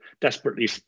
desperately